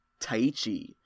Taichi